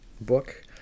book